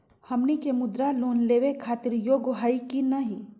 हमनी के मुद्रा लोन लेवे खातीर योग्य हई की नही?